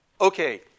okay